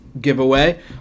giveaway